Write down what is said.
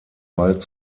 bald